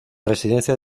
residencia